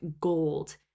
gold